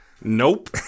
Nope